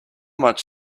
much